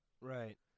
Right